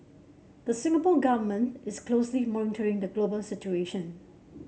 the Singapore Government is closely monitoring the global situation